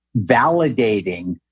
validating